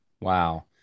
Wow